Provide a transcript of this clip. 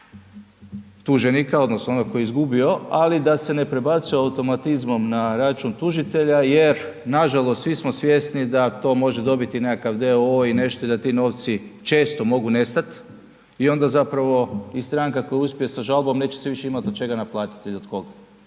tuženika odnosno onog tko je izgubio ali da se ne prebacuje automatizmom na račun tužitelja jer nažalost svi smo svjesni da to može dobiti nekakav d.o.o. i nešto i da ti novci često mogu nestati i onda zapravo i stranka koja uspije sa žalbom neće se više imat od čega naplatiti i od koga.